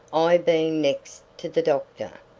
i being next to the doctor,